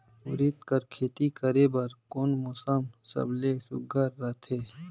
उरीद कर खेती करे बर कोन मौसम सबले सुघ्घर रहथे?